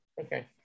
okay